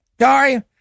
sorry